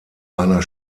einer